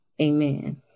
Amen